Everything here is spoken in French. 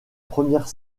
première